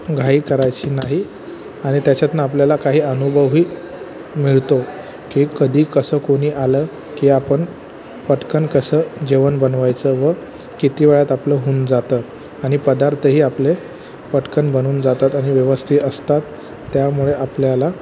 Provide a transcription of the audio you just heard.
घाई करायची नाही आणि त्याच्यातनं आपल्याला काही अनुभवही मिळतो की कधी कसं कोणी आलं की आपण पटकन कसं जेवण बनवायचं व किती वेळात आपलं होऊन जातं आणि पदार्थही आपले पटकन बनून जातात आणि व्यवस्थित असतात त्यामुळे आपल्याला